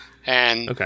Okay